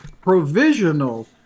provisional